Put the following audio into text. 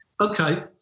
Okay